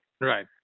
Right